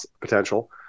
potential